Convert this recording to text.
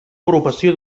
agrupació